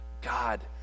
God